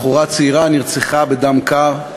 בחורה צעירה נרצחה בדם קר,